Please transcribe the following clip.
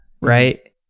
right